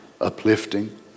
uplifting